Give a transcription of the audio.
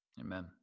Amen